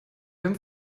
beim